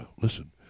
Listen